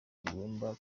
tugomba